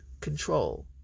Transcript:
control